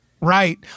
Right